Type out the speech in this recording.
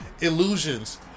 illusions